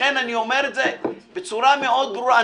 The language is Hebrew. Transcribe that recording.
לכן אני אומר את זה בצורה מאוד ברורה.